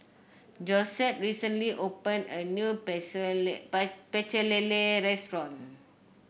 Josette recently opened a new Pecel Lele restaurant